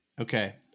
Okay